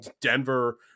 Denver